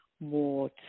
more